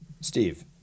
steve